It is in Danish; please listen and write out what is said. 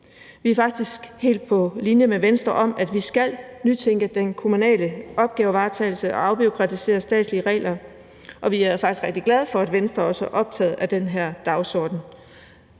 Vi er faktisk helt på linje med Venstre om, at vi skal nytænke den kommunale opgavevaretagelse og afbureaukratisere statslige regler, og vi er faktisk rigtig glade for, at Venstre også er optaget af den her dagsorden.